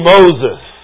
Moses